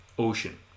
ocean